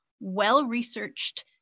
well-researched